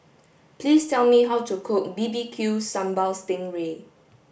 please tell me how to cook B B Q sambal sting ray